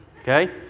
Okay